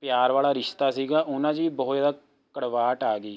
ਪਿਆਰ ਵਾਲਾ ਰਿਸ਼ਤਾ ਸੀਗਾ ਉਹਨਾਂ 'ਚ ਵੀ ਬਹੁਤ ਜ਼ਿਆਦਾ ਕੜਵਾਹਟ ਆ ਗਈ